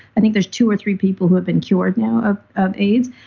i think there's two or three people who have been cured now of of aids,